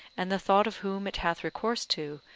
and the thought of whom it hath recourse to,